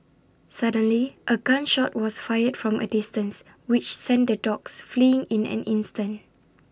suddenly A gun shot was fired from A distance which sent the dogs fleeing in an instant